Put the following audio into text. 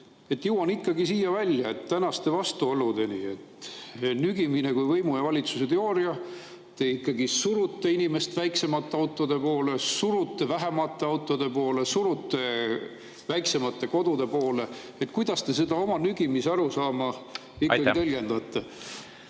Jõuan ikkagi siia tänaste vastuoludeni välja. Nügimine kui võimu ja valitsuse teooria: te ikkagi surute inimest väiksemate autode poole, surute vähemate autode poole, surute väiksemate kodude poole. Kuidas te oma nügimisarusaama tõlgendate?